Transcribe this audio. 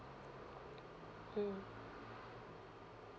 mm